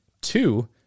Two